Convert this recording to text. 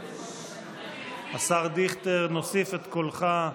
השר דיכטר, נוסיף את קולך.